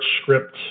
script